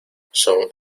son